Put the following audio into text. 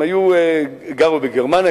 הם גרו בגרמניה,